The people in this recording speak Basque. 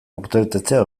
urtebetetzea